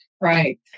Right